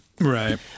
Right